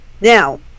Now